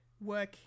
work